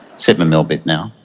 sort of middle bit now.